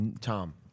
Tom